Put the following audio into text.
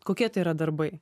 kokie tai yra darbai